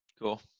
Cool